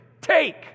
take